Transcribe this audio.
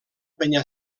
penya